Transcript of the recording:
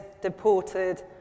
deported